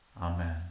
Amen